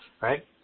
right